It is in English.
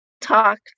talk